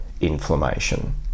inflammation